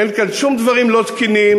אין כאן שום דברים לא תקינים.